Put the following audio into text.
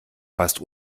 fast